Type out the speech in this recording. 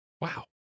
Wow